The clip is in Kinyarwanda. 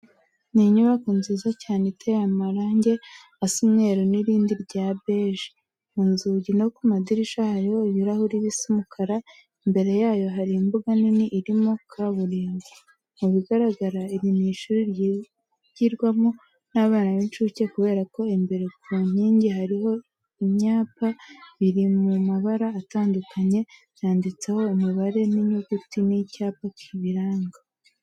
Ni inyubako nziza cyane iteye amarange asa umweru n'irindi rya beje. Ku nzugi no mu madirishya harimo ibirahure bisa umukara, imbere yayo hari imbuga nini irimo kaburimbo. Mu bigaragara iri ni ishuri ryigirwamo n'abana b'incuke kubera ko imbere ku nkingi hariho imyapa biri mu mabara atandukanye byanditseho imibare n'unyuguti n'icyapa kibiranga.